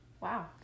wow